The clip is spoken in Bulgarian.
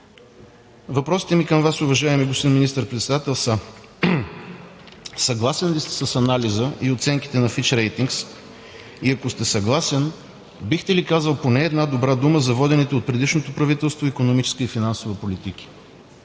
Въпросите ми към Вас, уважаеми господин Министър-председател, са: съгласен ли сте с анализа и оценките на Fitch Ratings? И ако сте съгласен, бихте ли казал поне една добра дума за водените от предишното правителство икономическа и финансова политики?